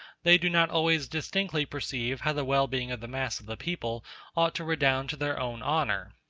they do not always distinctly perceive how the well-being of the mass of the people ought to redound to their own honor.